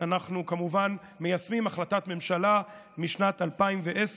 אנחנו כמובן מיישמים החלטת ממשלה משנת 2010,